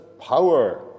power